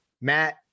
Matt